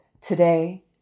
today